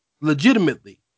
legitimately